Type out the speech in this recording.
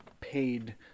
paid